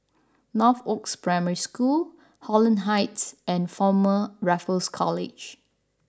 Northoaks Primary School Holland Heights and Former Raffles College